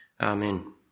Amen